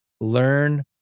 learn